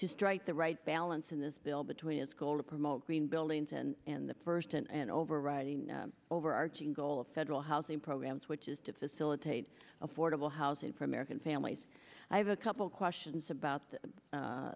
to strike the right balance in this bill between its goal to promote green buildings and the first and overriding overarching goal of federal housing programs which is to facilitate affordable housing for american families i have a couple questions about